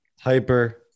Hyper